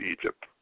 Egypt